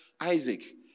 Isaac